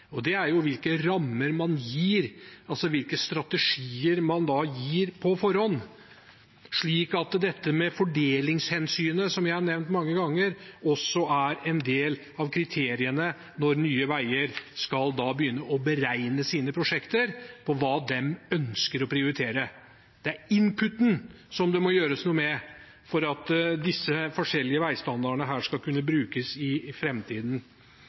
Det dreier seg om hvilke rammer man gir, hvilke strategier man gir på forhånd, slik at dette med fordelingshensynet – som jeg har nevnt mange ganger – også er en del av kriteriene når Nye Veier skal begynne å beregne sine prosjekter og hva de ønsker å prioritere. Det er inputen det må gjøres noe med for at de forskjellige veistandardene skal kunne brukes i